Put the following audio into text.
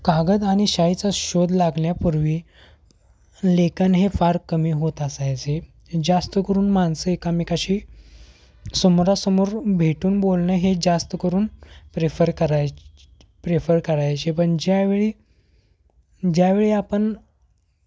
कागद आणि शाईचा शोध लागण्यापूर्वी लेखन हे फार कमी होत असायचे जास्त करून माणसं एकमेकाशी समोरासमोर भेटून बोलणं हे जास्त करून प्रेफर करायचे प्रेफर करायचे पण ज्यावेळी ज्यावेळी आपण